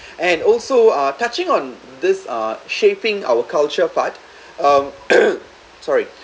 and also uh touching on this uh shaping our culture part uh sorry